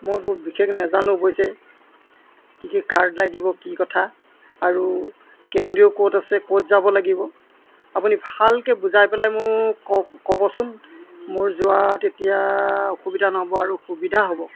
মই বৰ বিশেষ নাজানো বুইছে কি কি কাৰ্ড লাগিব কি কথা আৰু কেন্দ্ৰ ক'ত আছে ক'ত যাব লাগিব আপুনি ভালকৈ বুজাই পেলাই মোক কওক ক'বচোন মোৰ যোৱা তেতিয়া অসুবিধা নহ'ব আৰু সুবিধা হ'ব